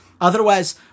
otherwise